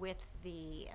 with the